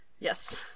yes